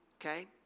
okay